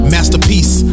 Masterpiece